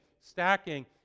stacking